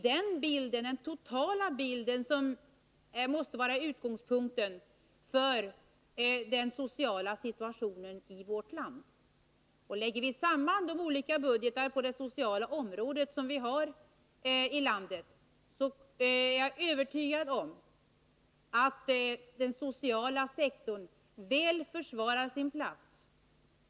Det är ju den totala bilden som måste vara utgångspunkten för bedömningen av den sociala situationen i vårt land. Lägger vi samman de olika budgetarna på det sociala området, är jag alltså Nr 46 övertygad om att vi kommer fram till att den sociala sektorn väl försvarar sin plats.